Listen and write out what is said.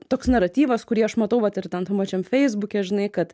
toks naratyvas kurį aš matau vat ir tam pačiam feisbuke žinai kad